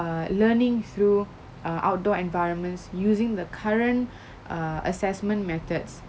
err learning through err outdoor environments using the current err assessment methods